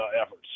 efforts